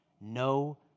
No